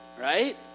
Right